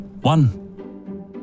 One